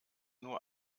nur